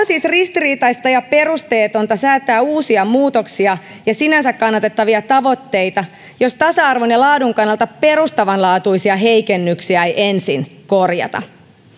siis ristiriitaista ja perusteetonta säätää uusia muutoksia ja sinänsä kannatettavia tavoitteita jos tasa arvon ja laadun kannalta perustavanlaatuisia heikennyksiä ei ensin korjata